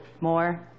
more